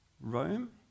Rome